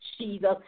Jesus